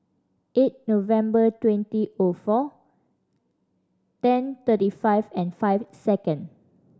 eight November twenty O four ten thirty five and five second